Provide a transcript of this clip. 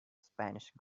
spanish